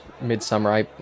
Midsummer